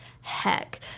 heck